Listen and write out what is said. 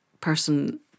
person